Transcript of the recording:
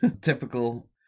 Typical